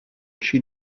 she